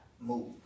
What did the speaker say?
move